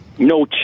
no